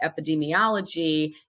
epidemiology